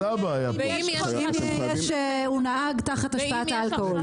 ואם הוא נהג תחת השפעת אלכוהול.